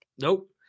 Nope